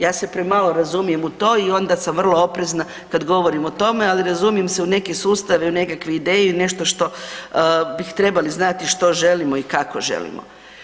Ja se premalo razumijem u to i onda sam vrlo oprezna kad govorim o tome, ali razumijem se u neke sustave i u nekakve ideje i u nešto što bi trebali znati što želimo i kako želimo.